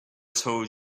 told